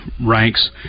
ranks